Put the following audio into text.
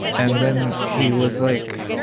and then he was like,